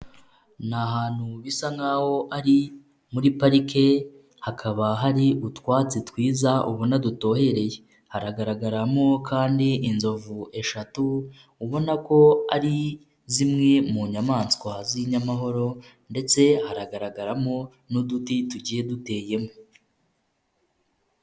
Ni ahantu bisa nkaho ari muri parike hakaba hari utwatsi twiza ubona dutohereye haragaragaramo kandi inzovu eshatu ubona ko ari zimwe mu nyamanswa z'inyamahoro ndetse haragaragaramo n'uduti tugiye duteyemo.